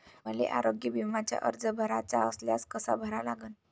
मले आरोग्य बिम्याचा अर्ज भराचा असल्यास कसा भरा लागन?